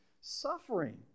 suffering